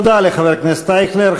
תודה לחבר הכנסת אייכלר.